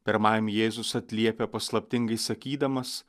pirmajam jėzus atliepia paslaptingai sakydamas